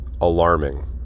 alarming